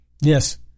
yes